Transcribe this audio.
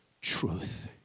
truth